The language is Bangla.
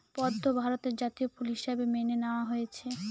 পদ্ম ভারতের জাতীয় ফুল হিসাবে মেনে নেওয়া হয়েছে